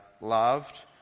loved